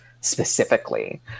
specifically